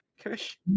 Kush